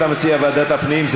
אתה מציע ועדת הפנים.